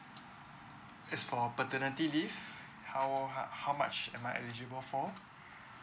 as for paternity leave how ho~ how much am I eligible for